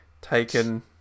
taken